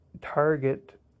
target